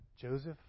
Joseph